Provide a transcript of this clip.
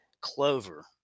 clover